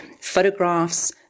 photographs